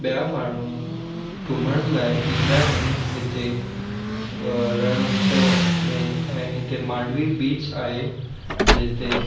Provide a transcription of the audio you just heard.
ॿिया माण्हूं घुमण लाइ ईंदा आहिनि हिते रणु उत्सव में ऐं हिते मांडवी बीच आहे जिते